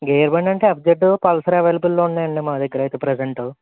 gear బండంటే FZ Pulsar అవైలబుల్లో ఉన్నాయండి మాదగ్గర అయితే ప్రజెంటు